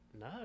no